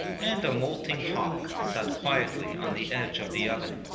and a moulting hawk sat quietly on the edge of the oven,